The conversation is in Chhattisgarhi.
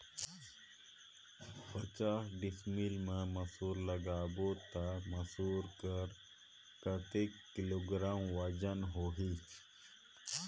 पचास डिसमिल मा मसुर लगाबो ता मसुर कर कतेक किलोग्राम वजन होही?